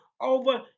over